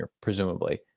presumably